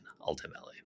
ultimately